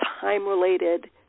time-related